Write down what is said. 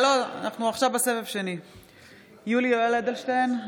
(קוראת בשמות חברי הכנסת) יולי יואל אדלשטיין,